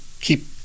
keep